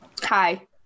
Hi